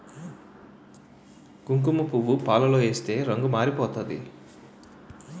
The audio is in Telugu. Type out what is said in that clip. కుంకుమపువ్వు పాలలో ఏస్తే రంగు మారిపోతాది